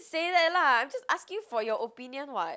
say that lah I'm just asking for your opinion [what]